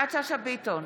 יפעת שאשא ביטון,